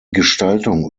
gestaltung